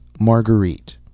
Marguerite